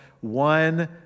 one